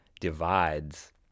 divides